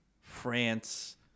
France